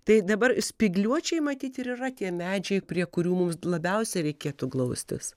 tai dabar spygliuočiai matyt ir yra tie medžiai prie kurių mums labiausiai reikėtų glaustis